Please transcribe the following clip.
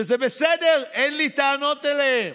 וזה בסדר, אין לי טענות אליהם,